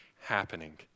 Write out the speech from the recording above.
happening